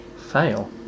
fail